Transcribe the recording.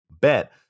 bet